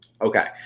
Okay